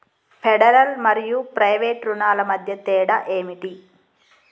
Federal మరియు private రుణాల మధ్య తేడా ఏమిటి?